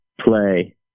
play